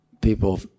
people